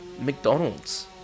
McDonald's